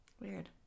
Weird